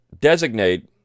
designate